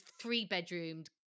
three-bedroomed